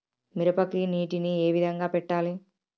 మిరపకి నీటిని ఏ విధంగా పెట్టాలి?